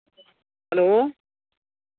hello